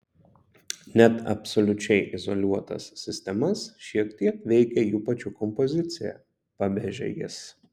net absoliučiai izoliuotas sistemas šiek tiek veikia jų pačių kompozicija pabrėžia jis